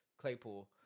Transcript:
Claypool